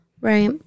Right